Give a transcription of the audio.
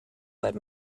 what